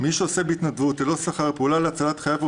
שמי שעושה בהתנדבות ללא שכר פעולה להצלת חייו או